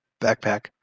backpack